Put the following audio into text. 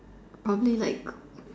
probably like